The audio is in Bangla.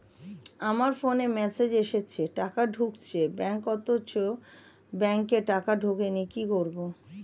আমার ফোনে মেসেজ এসেছে টাকা ঢুকেছে ব্যাঙ্কে অথচ ব্যাংকে টাকা ঢোকেনি কি করবো?